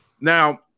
Now